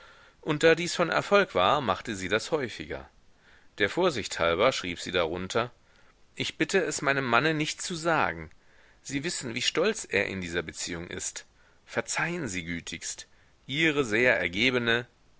und da dies von erfolg war machte sie das häufiger der vorsicht halber schrieb sie darunter ich bitte es meinem manne nicht zu sagen sie wissen wie stolz er in dieser beziehung ist verzeihen sie gütigst ihre sehr ergebene